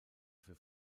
für